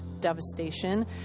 devastation